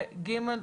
ו-ג',